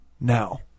now